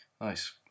nice